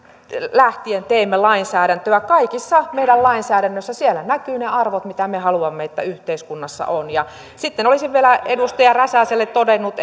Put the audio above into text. lähtien teemme lainsäädäntöä kaikessa meidän lainsäädännössämme näkyvät ne arvot mitä me haluamme että yhteiskunnassa on sitten olisin vielä edustaja räsäselle todennut